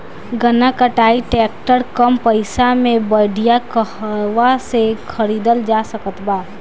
गन्ना कटाई ट्रैक्टर कम पैसे में बढ़िया कहवा से खरिदल जा सकत बा?